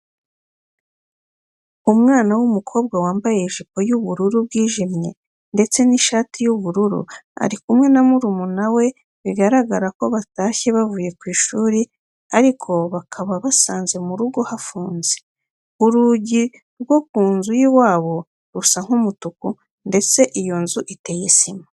Umwana w'umukobwa wambaye ijipo y'ubururu bwijimye ndetse n'ishati y'ubururu ari kumwe na murumuna we bigaragara ko batashye bavuye ku ishuri ariko bakaba basanze mu rugo hafunze. Urugi rwo ku nzu y'iwabo rusa nk'umutuku ndetse iyo nzu iteye sima.